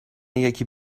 یکی